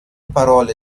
parole